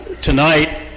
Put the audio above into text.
tonight